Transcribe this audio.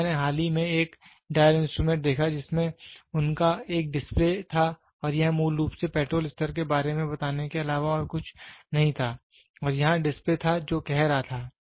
इसलिए मैंने हाल ही में एक डायल इंस्ट्रूमेंट देखा जिसमें उनका एक डिस्प्ले था और यह मूल रूप से पेट्रोल स्तर के बारे में बताने के अलावा और कुछ नहीं था और यहाँ डिस्प्ले था जो कह रहा था